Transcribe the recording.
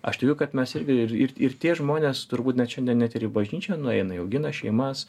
aš tikiu kad mes irgi ir ir tie žmonės turbūt net šiandien net ir į bažnyčią nueina jie augina šeimas